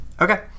Okay